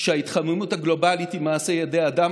שההתחממות הגלובלית היא מעשה ידי אדם,